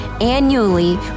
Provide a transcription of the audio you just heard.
Annually